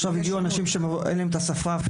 שני דברים: עכשיו הגיעו אנשים שאפילו אין להם את השפה.